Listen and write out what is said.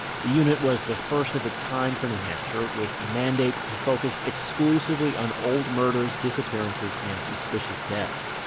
the unit was the first of its kind for new hampshire with a mandate to focus exclusively on old murders, disappearances, and suspicious deaths.